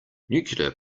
nuclear